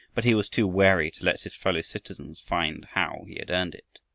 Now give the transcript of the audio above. but he was too wary to let his fellow citizens find how he had earned it.